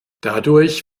dadurch